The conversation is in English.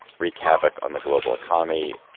wreak havoc on the global economy.